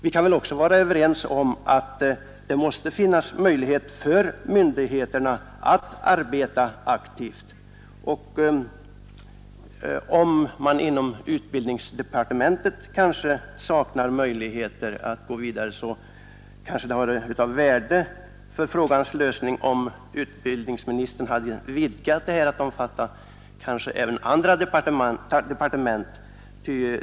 Vi kan väl också vara överens om att det måste finnas möjlighet för myndigheterna att arbeta aktivt i fall som dessa. Om man inom utbildningsdepartementet saknar möjligheter att gå vidare i detta fall, skulle det kanske ha varit av värde för frågans lösning om utbildningsministern hade vidgat dess behandling även till andra departement.